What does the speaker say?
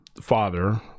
father